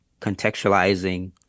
contextualizing